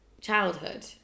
childhood